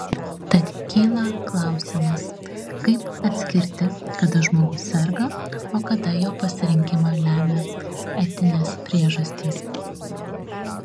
tad kyla klausimas kaip atskirti kada žmogus serga o kada jo pasirinkimą lemia etinės priežastys